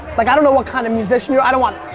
like i don't know what kind of musician you, i don't want.